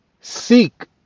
Seek